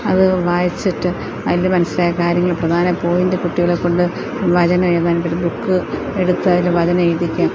അത് വായിച്ചിട്ട് അതില് മനസിലായ കാര്യങ്ങള് പ്രധാന പോയിൻറ്റ് കുട്ടികളെക്കൊണ്ട് വചനം എഴുതാനായിട്ട് ഒരു ബുക്ക് എടുത്ത് അതില് വചനം എഴുതിക്കുക